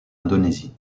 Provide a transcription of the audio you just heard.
indonésie